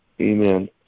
Amen